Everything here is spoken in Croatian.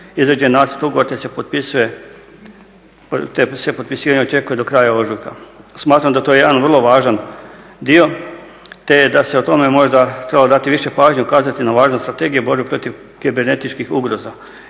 izrađen je nacrt ugovora te se potpisivanje očekuje do kraja ožujka. Smatram da je to jedan vrlo važan dio te da se o tome možda trebalo dati više pažnje, ukazati na važnost strategije u borbi protiv kibernetičkih ugroza.